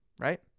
right